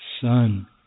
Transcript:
son